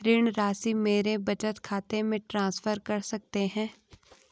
ऋण राशि मेरे बचत खाते में ट्रांसफर कर सकते हैं?